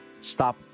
stop